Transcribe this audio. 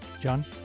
john